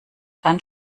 dann